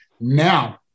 Now